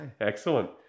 Excellent